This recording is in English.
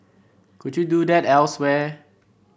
could you do that elsewhere